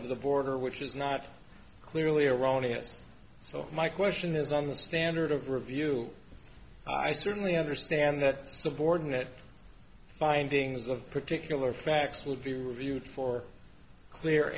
of the border which is not clearly erroneous so my question is on the standard of review i certainly understand that subordinate findings of particular facts will be reviewed for clear